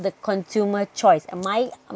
the consumer choice ah my